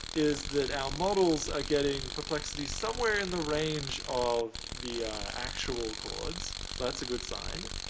is that our models are getting perplexities somewhere in the range of the actual chords, so that's a good sign.